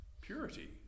purity